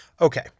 Okay